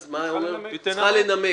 אז היא צריכה לנמק.